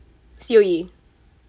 C_O_E